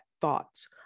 thoughts